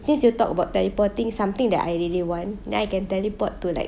since you talk about teleporting something that I really want than I can teleport to like